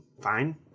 fine